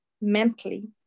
mentally